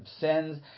sins